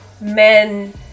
men